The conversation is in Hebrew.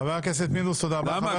חבר הכנסת פינדרוס, תודה רבה.